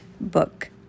book